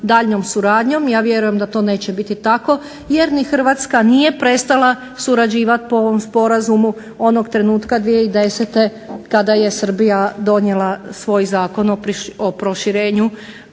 daljnjom suradnjom. Ja vjerujem da to neće biti tako jer ni Hrvatska nije prestala surađivati po ovom sporazumu onog trenutka 2010. kada je Srbija donijela svoj Zakon o proširenju